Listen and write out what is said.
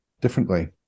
differently